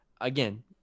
again